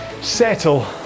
settle